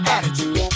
Attitude